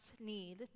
need